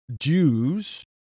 Jews